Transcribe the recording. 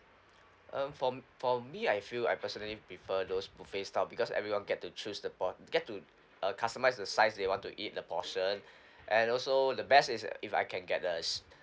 um for for me I feel I personally prefer those buffet style because everyone get to choose the por~ get to uh customise the size they want to eat the portion and also the best is if I can get the su~